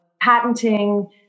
patenting